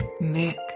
nick